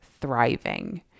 thriving